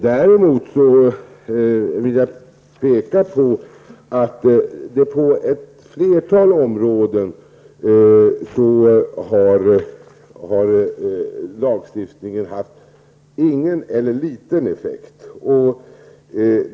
Däremot vill jag peka på att inom ett flertal områden har lagstiftningen haft ingen eller liten effekt.